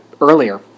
earlier